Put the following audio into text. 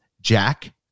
Jack